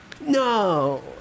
No